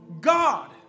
God